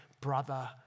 Brother